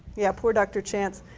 yeah poor dr. chance.